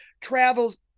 travels